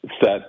set